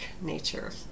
nature